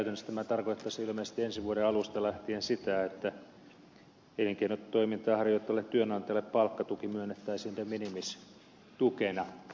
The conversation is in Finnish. käytännössä tämä tarkoittaisi ilmeisesti ensi vuoden alusta lähtien sitä että elinkeinotoimintaa harjoittavalle työnantajalle palkkatuki myönnettäisiin de minimis tukena